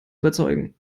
überzeugen